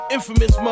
Infamous